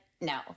no